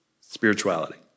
spirituality